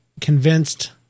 convinced